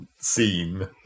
scene